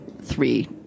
three